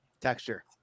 Texture